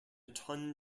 tongue